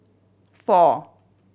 four